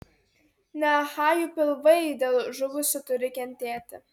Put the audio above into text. ne achajų pilvai dėl žuvusių turi kentėti